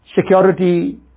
Security